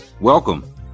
Welcome